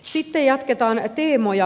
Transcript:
sitten jatketaan teemoja